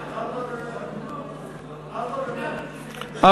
הודעת הממשלה על רצונה להחיל דין רציפות על הצעת